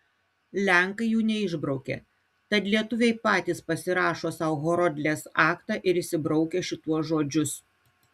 lenkai jų neišbraukė tad lietuviai patys pasirašo sau horodlės aktą ir išsibraukia šituos žodžius